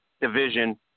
division